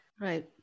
Right